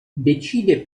decide